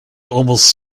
almost